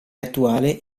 attuale